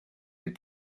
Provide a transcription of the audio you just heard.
les